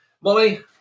Molly